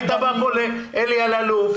היית בא לאלי אללוף,